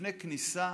לפני כניסה